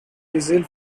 diesel